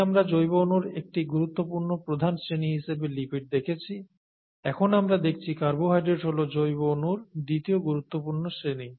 আগে আমরা জৈবঅণুর একটি গুরুত্বপূর্ণ প্রধান শ্রেণী হিসেবে লিপিড দেখেছি এখন আমরা দেখছি কার্বোহাইড্রেট হল জৈবঅণুর দ্বিতীয় গুরুত্বপূর্ণ শ্রেণী